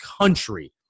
country